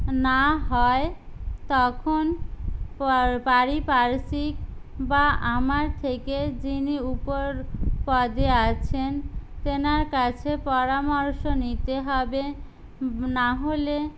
না হয় তখন পারিপার্শ্বিক বা আমার থেকে যিনি উপর পদে আছেন তেনার কাছে পরামর্শ নিতে হবে নাহলে